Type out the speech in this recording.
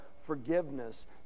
forgiveness